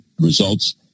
results